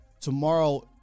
Tomorrow